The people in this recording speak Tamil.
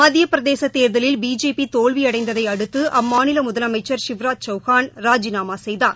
மத்தியபிரதேசதேர்தலில் பிஜேபிதோல்வியடைந்ததைஅடுத்துஅம்மாநிலமுதலமைச்சள் ஷிவராஜ் சௌகான் ராஜினாமாசெய்தார்